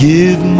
Give